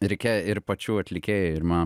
reikia ir pačių atlikėjų ir mano